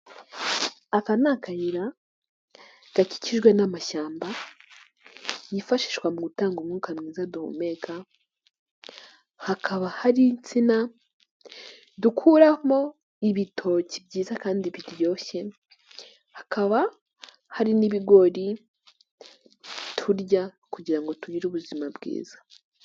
Aka ni akayira gakikijwe n'amashyamba yifashishwa mu gutanga umwuka mwiza duhumeka, hakaba hari insina dukuramo ibitoki byiza kandi biryoshye, hakaba hari n'ibigori turya kugira ngo tugire ubuzima bwiza.